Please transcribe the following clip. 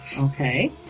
Okay